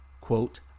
quote